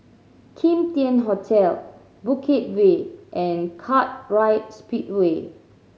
Kim Tian Hotel Bukit Way and Kartright Speedway